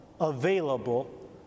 available